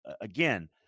again